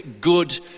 good